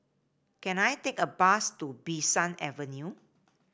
can I take a bus to Bee San Avenue